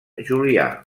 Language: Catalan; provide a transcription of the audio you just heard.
julià